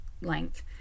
length